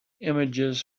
images